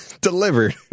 delivered